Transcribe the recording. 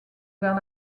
vers